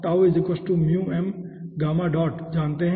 तो हम जानते हैं